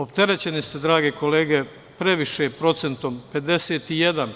Opterećeni ste, drage kolege, previše procentom 51%